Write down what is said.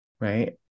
right